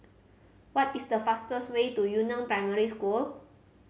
what is the fastest way to Yu Neng Primary School